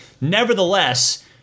nevertheless